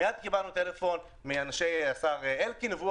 מיד קיבלנו שיחת טלפון מאנשי השר אלקין והוא